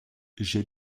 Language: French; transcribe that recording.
j’ai